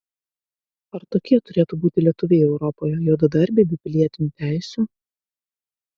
ar tokie turėtų būti lietuviai europoje juodadarbiai be pilietinių teisių